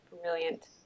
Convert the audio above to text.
Brilliant